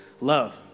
love